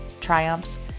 triumphs